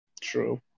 True